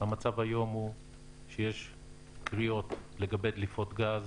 המצב היום הוא שיש קריאות לגבי דליפות גז,